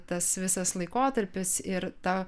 tas visas laikotarpis ir ta